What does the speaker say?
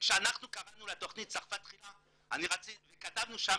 וכשאנחנו קראנו לתכנית "צרפת תחילה" וכתבנו שם